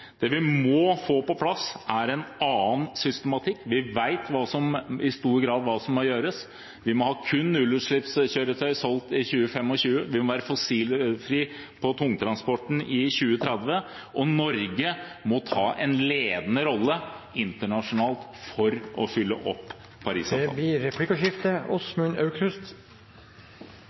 Det vi må få på plass, er en annen systematikk. Vi vet i stor grad hva som må gjøres: Det må kun selges nullutslippskjøretøyer i 2025. Tungtransporten må være fossilfri innen 2030. Og Norge må ta en ledende rolle internasjonalt for å oppfylle Paris-avtalen. Det blir replikkordskifte.